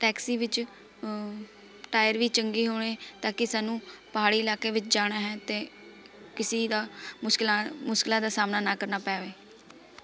taxi ਵਿੱਚ tyre ਵੀ ਚੰਗੇ ਹੋਵੇ ਤਾਂ ਕਿ ਸਾਨੂੰ ਪਹਾੜੀ ਇਲਾਕੇ ਵਿੱਚ ਜਾਣਾ ਹੈ ਅਤੇ ਕਿਸੀ ਦਾ ਮੁਸ਼ਕਲਾਂ ਮਸ਼ਕਲਾਂ ਦਾ ਸਾਹਮਣਾ ਨਾ ਕਰਨਾ ਪਵੇ